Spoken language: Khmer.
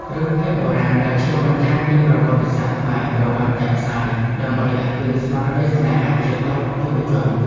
រឿងភាគបុរាណដែលឆ្លុះបញ្ចាំងពីប្រវត្តិសាស្ត្រខ្មែរត្រូវបានចាក់ផ្សាយ ដើម្បីដាស់តឿនស្មារតីស្នេហាជាតិដល់យុវជន។